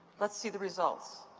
let's see the results.